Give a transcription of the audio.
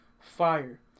fire